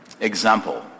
Example